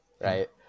right